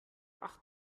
acht